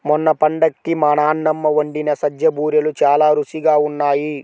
మొన్న పండక్కి మా నాన్నమ్మ వండిన సజ్జ బూరెలు చాలా రుచిగా ఉన్నాయి